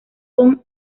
con